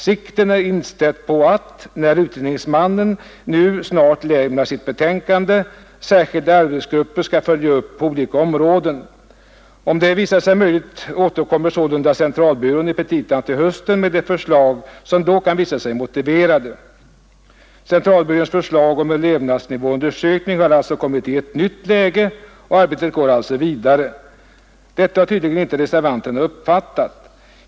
Siktet är inställt på att när utredningsmannen nu snart lämnar sitt betänkande särskilda arbetsgrupper skall följa upp på olika områden. Om det blir möjligt återkommer sålunda centralbyrån i petita till hösten med de förslag som då kan visa sig motiverade. Centralbyråns förslag om en levnadsnivåundersökning har alltså kommit i ett nytt läge, och arbetet går vidare. Detta har tydligen inte reservanterna uppfattat.